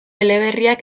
eleberriak